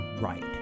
right